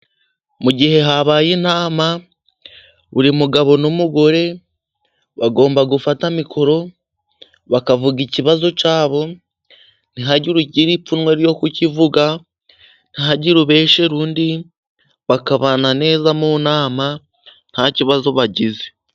Mu gihe habaye inama buri mugabo n'umugore bagomba, gufata mikoro bakavuga ikibazo cyabo ntihagire ugira ipfunwe ryo ku kivuga, ntihagire ubeshyera undi bakabana neza mu nama ntakibazo bagize.